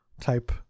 type